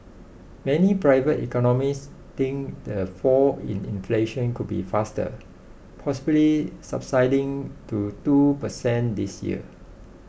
many private economists think the fall in inflation could be faster possibly subsiding to two percent this year